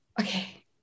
okay